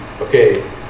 okay